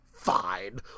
fine